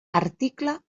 article